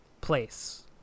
place